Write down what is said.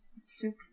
soup